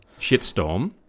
shitstorm